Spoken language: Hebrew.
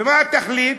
ומה התכלית?